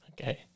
Okay